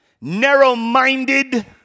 narrow-minded